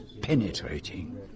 penetrating